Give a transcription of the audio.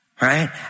right